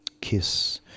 Kiss